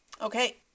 Okay